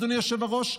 אדוני היושב-ראש,